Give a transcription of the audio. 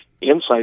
insights